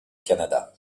canada